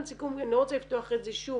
שיקום ואני לא רוצה לפתוח את זה שוב.